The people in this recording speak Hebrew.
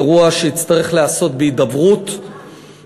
אירוע שיצטרך להיעשות בהידברות,